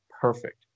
perfect